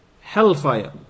hellfire